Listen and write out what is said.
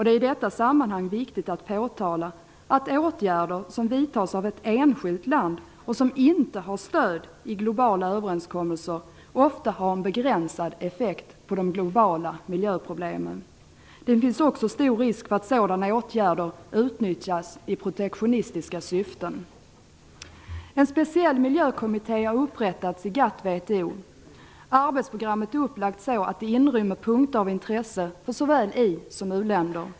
Det är i detta sammanhang viktigt att påtala att åtgärder som vidtas av ett enskilt land och som inte har stöd i globala överenskommelser ofta har en begränsad effekt på de globala miljöproblemen. Det finns också stor risk för att sådana åtgärder utnyttjas i protektionistiska syften. En speciell miljökommitté har upprättats i GATT/WTO. Arbetsprogrammet är upplagt så, att det inrymmer punkter av intresse för såväl i som uländer.